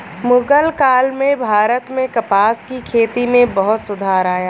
मुग़ल काल में भारत में कपास की खेती में बहुत सुधार आया